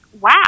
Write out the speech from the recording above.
wow